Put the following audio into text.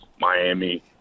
Miami